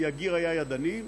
כי הגיר היה ידני.